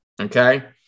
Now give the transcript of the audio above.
okay